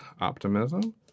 optimism